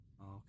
Okay